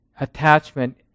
attachment